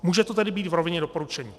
Může to tedy být v rovině doporučení.